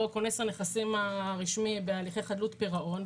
או כונס הנכסים הרשמי בהליכי חדלות פירעון,